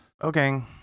Okay